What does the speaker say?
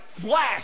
flash